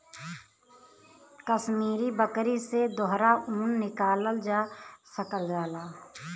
कसमीरी बकरी से दोहरा ऊन निकालल जा सकल जाला